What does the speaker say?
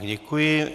Děkuji.